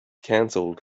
cancelled